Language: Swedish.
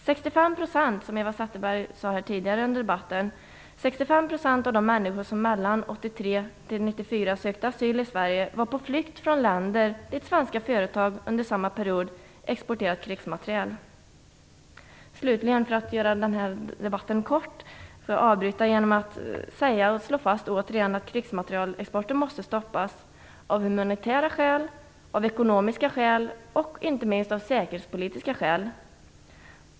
Som Eva Zetterberg sade tidigare i debatten, var 1994 sökte asyl i Sverige på flykt från länder dit svenska företag under samma period exporterat krigsmateriel. För att hålla den här debatten kort, får jag slutligen avbryta genom att återigen slå fast att krigsmaterielexporten måste stoppas - av humanitära, ekonomiska och inte minst säkerhetspolitiska skäl.